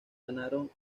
ganaron